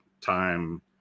time